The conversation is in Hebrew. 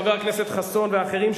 חבר הכנסת חסון ואחרים,